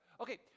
Okay